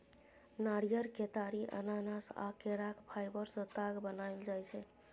नारियर, केतारी, अनानास आ केराक फाइबर सँ ताग बनाएल जाइ छै